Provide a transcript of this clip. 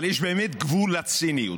אבל יש באמת גבול לציניות.